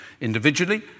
individually